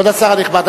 כבוד השר הנכבד,